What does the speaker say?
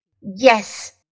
Yes